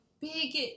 big